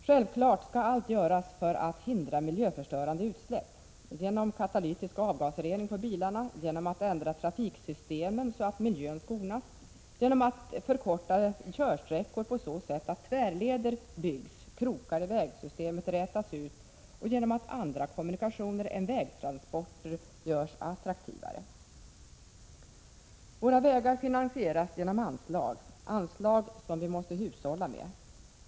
Självfallet skall allt göras för att hindra miljöförstörande utsläpp — genom katalytisk avgasrening på bilarna, genom att ändra trafiksystemen så att miljön skonas, genom att korta körsträckor på så sätt att tvärleder byggs, krokar i vägsystemet rätas ut och genom att andra kommunikationer än vägtransporter görs attraktivare. Våra vägar finansieras genom anslag, anslag som vi måste hushålla med.